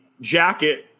jacket